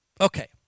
Okay